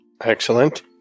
Excellent